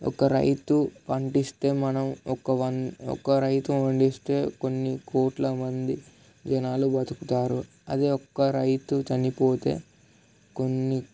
ఒక్క రైతు పండిస్తే మనం ఒక్క ఒక్క రైతు వండిస్తే కొన్ని కోట్ల మంది జనాలు బ్రతుకుతారు అదే ఒక్క రైతు చనిపోతే కొన్ని